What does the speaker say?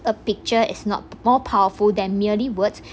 a picture is not more powerful than merely words